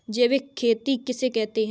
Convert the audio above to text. जैविक खेती किसे कहते हैं?